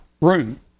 room